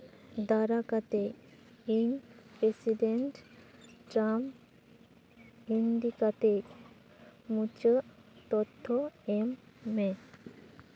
ᱫᱟᱭᱟ ᱠᱟᱛᱮᱫ ᱤᱧ ᱨᱮᱥᱤᱰᱮᱱᱴ ᱤᱫᱤ ᱠᱟᱛᱮᱫ ᱢᱩᱪᱟᱹᱫ ᱛᱚᱛᱛᱷᱚ ᱮᱢ ᱢᱮ